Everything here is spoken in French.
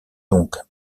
donc